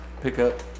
pickup